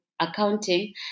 accounting